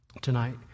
tonight